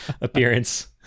appearance